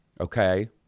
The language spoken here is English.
Okay